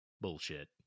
bullshit